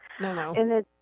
no